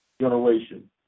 generation